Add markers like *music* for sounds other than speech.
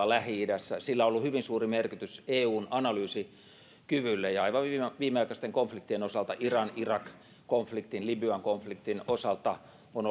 *unintelligible* lähi idässä niin sillä on ollut hyvin suuri merkitys eun analyysikyvylle ja aivan viimeaikaisten konfliktien osalta iran irak konfliktin ja libyan konfliktin osalta on *unintelligible*